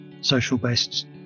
social-based